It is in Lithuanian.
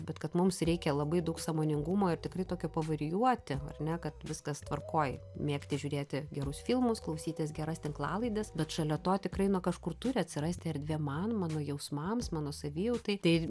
bet kad mums reikia labai daug sąmoningumo ir tikrai tokio pavarijuoti ar ne kad viskas tvarkoj mėgti žiūrėti gerus filmus klausytis geras tinklalaides bet šalia to tikrai na kažkur turi atsirasti erdvė man mano jausmams mano savijautai tai